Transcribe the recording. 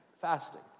Fasting